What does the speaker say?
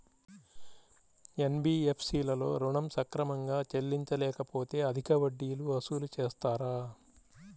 NBFC లలో ఋణం సక్రమంగా చెల్లించలేకపోతె అధిక వడ్డీలు వసూలు చేస్తారా?